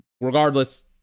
Regardless